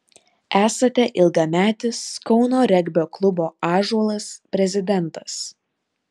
esate ilgametis kauno regbio klubo ąžuolas prezidentas